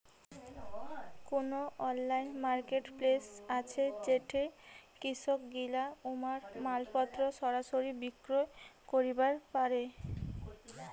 কুনো online marketplace আছে যেইঠে কৃষকগিলা উমার মালপত্তর সরাসরি বিক্রি করিবার পারে?